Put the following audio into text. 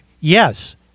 yes